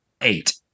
Eight